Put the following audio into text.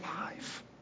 life